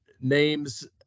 names